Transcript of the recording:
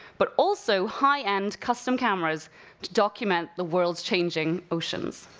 but also, high-end custom cameras to document the world's changing oceans.